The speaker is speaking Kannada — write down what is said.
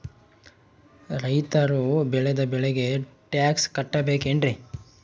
ರೈತರು ಬೆಳೆದ ಬೆಳೆಗೆ ಟ್ಯಾಕ್ಸ್ ಕಟ್ಟಬೇಕೆನ್ರಿ?